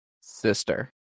Sister